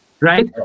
right